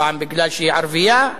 פעם בגלל שהיא ערבייה,